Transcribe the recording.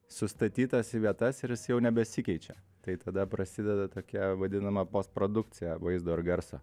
sustatytas į vietas ir jis jau nebesikeičia tai tada prasideda tokia vadinama postprodukcija vaizdo ir garso